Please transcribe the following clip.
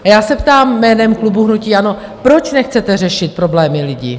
A já se ptám jménem klubu hnutí ANO, proč nechcete řešit problémy lidí?